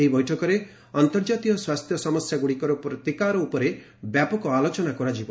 ଏହି ବୈଠକରେ ଅନ୍ତର୍ଜାତୀୟ ସ୍ୱାସ୍ଥ୍ୟ ସମସ୍ୟାଗୁଡ଼ିକର ପ୍ରତିକାର ଉପରେ ବ୍ୟାପକ ଆଲୋଚନା କରାଯିବ